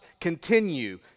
continue